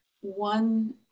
One